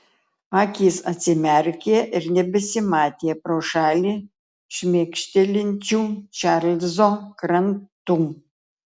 akys atsimerkė ir nebesimatė pro šalį šmėkštelinčių čarlzo krantų